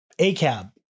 ACAB